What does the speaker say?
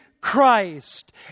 Christ